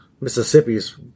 Mississippi's